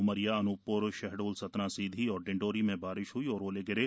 उमरिया अन्पप्र शहडोल सतना सीधी और डिंडौरी में बारिश ह्ई और ओले गिरे